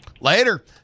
Later